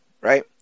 right